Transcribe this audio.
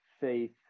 faith